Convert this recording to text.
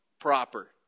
proper